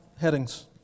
headings